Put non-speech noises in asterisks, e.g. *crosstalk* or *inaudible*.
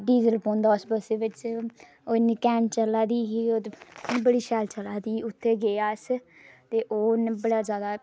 diesel पौंदा उस बस्सै बिच *unintelligible* चलै दी ही ओह्दे बड़े शैल शैल आई दी ही उत्थै गे अस ते उ'न्ने बड़ा जैदा